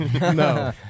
No